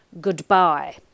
Goodbye